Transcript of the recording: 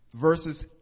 verses